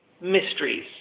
mysteries